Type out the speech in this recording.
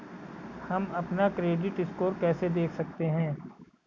हम अपना credit score कैसे देख सकते हैं?